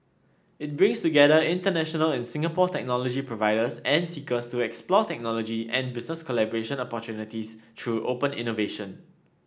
it brings together international and Singapore technology providers and seekers to explore technology and business collaboration opportunities through open innovation